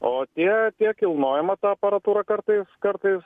o tie apie kilnojamą tą aparatūrą kartais kartais